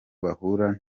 bahura